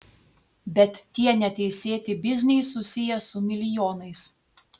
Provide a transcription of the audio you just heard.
bet tie neteisėti bizniai susiję su milijonais